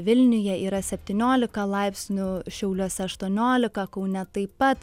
vilniuje yra septyniolika laipsnių šiauliuose aštuoniolika kaune taip pat